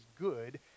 good